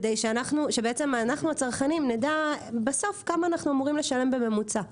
כדי שאנחנו הצרכנים נדע בסוף כמה אנחנו אמורים לשלם בממוצע.